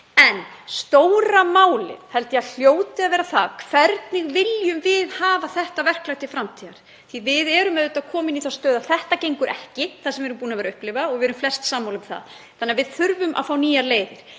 En stóra málið held ég að hljóti að vera það hvernig við viljum hafa þetta verklag til framtíðar því við erum auðvitað komin í þá stöðu að þetta gengur ekki, það sem við erum búin að upplifa, og við erum flest sammála um það, þannig að við þurfum að fá nýjar leiðir.